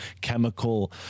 chemical